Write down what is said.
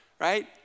right